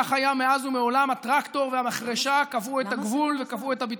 כך היה מאז ומעולם: הטרקטור והמחרשה קבעו את הגבול וקבעו את הביטחון.